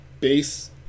base